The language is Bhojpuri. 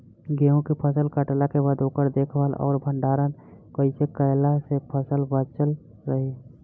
गेंहू के फसल कटला के बाद ओकर देखभाल आउर भंडारण कइसे कैला से फसल बाचल रही?